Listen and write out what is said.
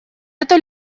это